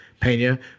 Pena